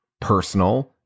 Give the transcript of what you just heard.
personal